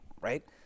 right